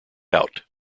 out